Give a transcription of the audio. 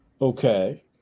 Okay